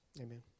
Amen